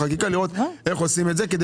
ולראות איך עושים לו גשר כך שיהיה המשך